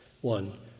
One